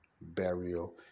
burial